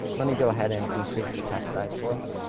let me go ahead and increase the text size for us